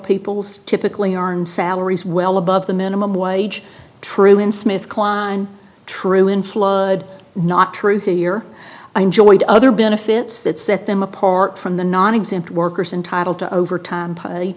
people's typically aren't salaries well above the minimum wage true in smith kline true in flood not true here i enjoyed other benefits that set them apart from the nonexempt workers entitled to overtime